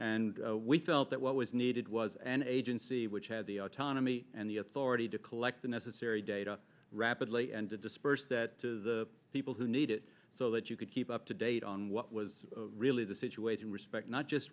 and we felt that what was needed was an agency which had the autonomy and the authority to collect the necessary data rapidly and to disperse that to the people who need it so that you could keep up to date on what was really the situation respect not just